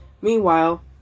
Meanwhile